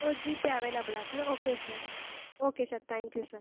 ஓ GPay அவைலபில்லா sir okay sir okay sir thank you sir